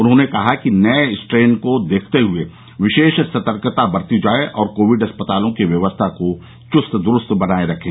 उन्होंने कहा कि नये स्ट्रेन को देखते हुए विशेष सतर्कता बरती जाये और कोविड अस्पतालों की व्यवस्था को चुस्त दुरूस्त बनाये रखे